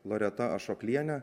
loreta ašokliene